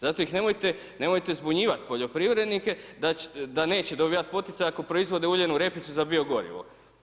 Zato ih nemojte zbunjivat poljoprivrednike da neće dobivat poticaje ako proizvode uljanu repicu za biogorivo.